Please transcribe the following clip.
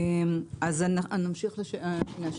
שיעורי ההנחה בדמי פתיחת תיק נתוני המערכת הבנקאית).